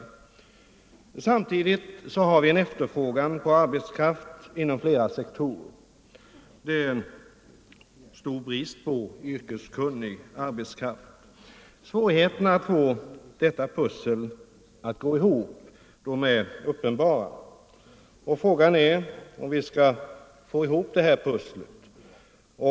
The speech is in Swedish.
Samtidigt har vi en efterfrågan på arbetskraft inom flera sektorer. Det är stor brist på yrkeskunnig arbetskraft. Svårigheterna att få detta pussel att gå ihop är uppenbara, och frågan är hur vi skall bete oss.